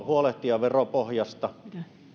huolehtia veropohjasta